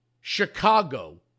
Chicago